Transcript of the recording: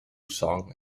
song